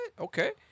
Okay